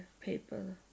people